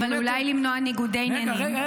אבל אולי למנוע ניגודי עניינים?